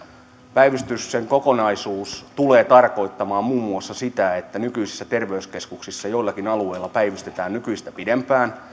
päivystyksen kokonaisuus tulee tarkoittamaan muun muassa sitä että nykyisissä terveyskeskuksissa joillakin alueilla päivystetään nykyistä pidempään